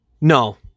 no